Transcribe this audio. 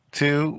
two